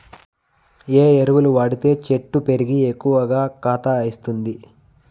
ఏ ఎరువులు వాడితే చెట్టు పెరిగి ఎక్కువగా కాత ఇస్తుంది?